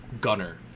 gunner